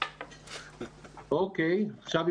יחד עם